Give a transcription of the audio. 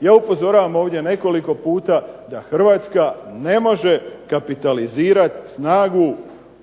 Ja upozoravam ovdje nekoliko puta da Hrvatska ne može kapitalizirati snagu